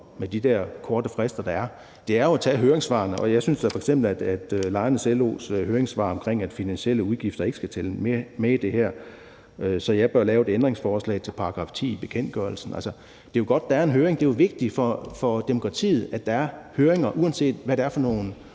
med de der korte frister, der er, er jo at tage høringssvarene, og i forhold til f.eks. Lejernes LO's høringssvar omkring, at finansielle udgifter ikke skal tælle med i det her, synes jeg da, at jeg bør stille et ændringsforslag til § 10 i bekendtgørelsen. Altså, det er jo godt, at der er en høring; det er jo vigtigt for demokratiet, at der er høringer. Uanset hvad det er for nogle